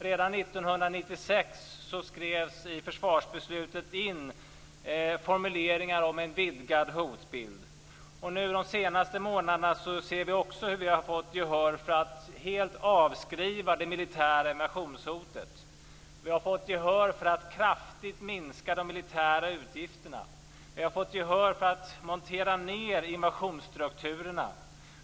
Redan 1996 skrevs i försvarsbeslutet in formuleringar om en vidgad hotbild, och under de senaste månaderna ser vi hur vi också har fått gehör för att helt avskriva det militära invasionshotet. Vi har fått gehör för att kraftigt minska de militära utgifterna. Vi har fått gehör för att montera ned invasionsstrukturerna.